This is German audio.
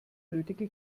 nötige